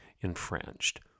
Infringed